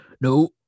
no